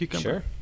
sure